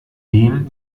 dem